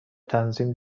تنظیم